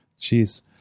jeez